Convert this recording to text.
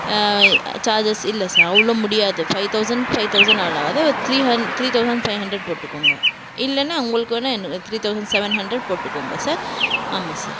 charges இல்லை sir அவ்வளோ முடியாது ஃபைவ் தௌசண்ட் ஃபைவ் தௌசண்ட் அவ்வளோ ஆகாது த்ரீ ஹண் த்ரீ தௌசண்ட் ஃபைவ் ஹண்ரட் போட்டுக்கோங்க இல்லைனா உங்களுக்கு வேணா எனக்கு த்ரீ தௌசண்ட் செவென் ஹண்ரட் போட்டுக்கோங்க சார் ஆமாம் சார்